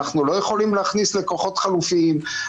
אנחנו לא יכולים להכניס לקוחות חלופיים,